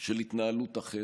של התנהלות אחרת,